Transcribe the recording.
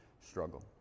struggle